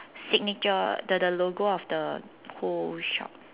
signature the the logo of the whole shop